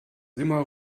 immer